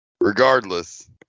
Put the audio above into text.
regardless